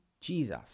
Jesus